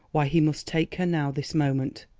why he must take her now, this moment!